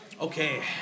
Okay